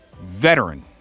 veteran